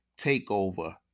TakeOver